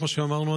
כמו שאמרנו,